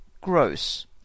gross